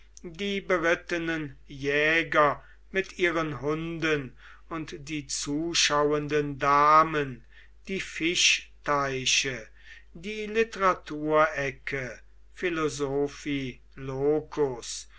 die berittenen jäger mit ihren hunden und die zuschauenden damen die fischteiche die literaturecke